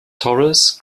torres